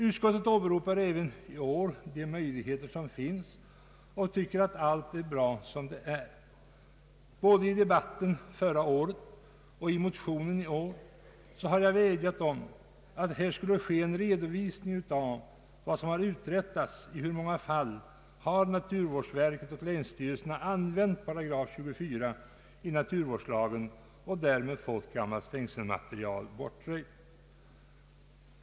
Utskottet åberopar även i år de möjligheter som finns och tycker att allt är bra som det är. Både i debatten förra året och i motionen i år har jag vädjat om att här måtte ske en redovisning av vad som har uträttats. I hur många fall har naturvårdsverket och länsstyrelserna använt naturvårdslagens 248 och därmed fått gammalt stängselmaterial bortröjt?